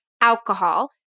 alcohol